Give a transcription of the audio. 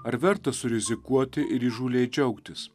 ar verta surizikuoti ir įžūliai džiaugtis